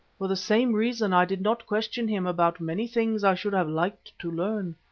for the same reason i did not question him about many things i should have liked to learn.